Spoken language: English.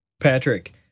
Patrick